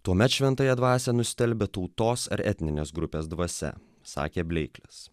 tuomet šventąją dvasią nustelbia tautos ar etninės grupės dvasia sakė bleiklis